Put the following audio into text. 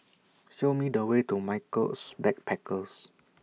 Show Me The Way to Michaels Backpackers